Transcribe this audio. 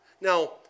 Now